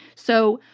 so,